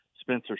Spencer